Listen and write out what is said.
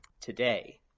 today